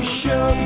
show